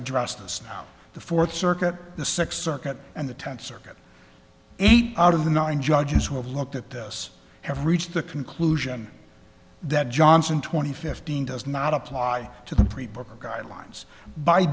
addressed us now the fourth circuit the six circuit and the tenth circuit eight out of the nine judges who have looked at this have reached the conclusion that johnson twenty fifteen does not apply to the pre book or guidelines by